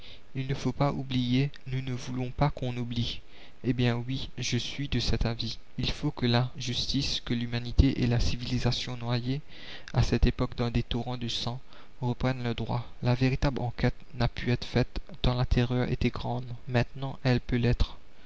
il ne faut pas oublier nous ne voulons pas qu'on oublie eh bien oui je suis de cet avis il faut que la justice que l'humanité et la civilisation noyées à cette époque dans des torrents de sang reprennent leurs droits la véritable enquête n'a pu être faite tant la terreur était grande maintenant elle peut l'être